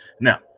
Now